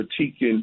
critiquing